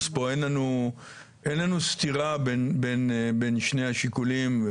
אז פה אין לנו סתירה בין שני השיקולים.